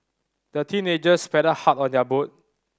the teenagers paddled hard on their boat